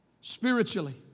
spiritually